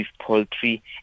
poultry